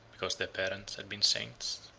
because their parents had been saints.